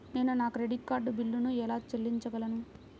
నేను నా credit card బిల్లును ఎలా చెల్లించగలను?